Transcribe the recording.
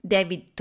David